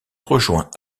rejoint